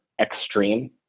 extreme